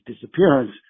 disappearance